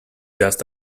just